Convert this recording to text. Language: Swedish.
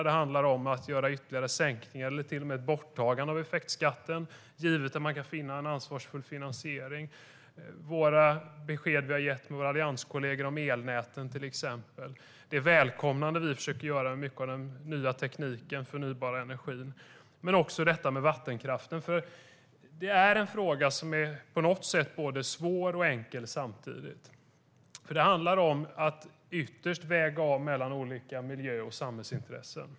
Det handlar om ytterligare sänkningar eller till och med ett borttagande av effektskatten, givet att man kan finna en ansvarsfull finansiering. Det gäller till exempel våra besked vi har gett våra med allianskollegor om elnäten och det välkomnande vi försöker göra av mycket av den nya tekniken och den förnybara energin. Men det gäller också detta med vattenkraften. Det är en fråga som på något sätt är både svår och enkel samtidigt. Det handlar om att ytterst väga av mellan olika miljö och samhällsintressen.